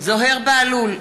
זוהיר בהלול,